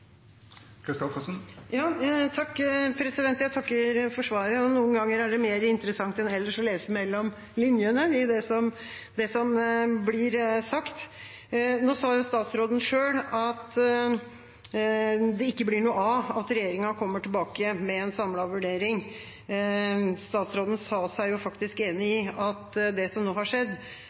Jeg takker for svaret. Noen ganger er det mer interessant enn ellers å lese mellom linjene i det som blir sagt. Nå sa jo statsråden selv at det ikke blir noe av at regjeringa kommer tilbake med en samlet vurdering. Statsråden sa seg faktisk enig i at det som nå har skjedd,